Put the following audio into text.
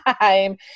time